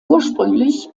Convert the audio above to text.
ursprünglich